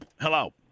Hello